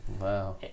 Wow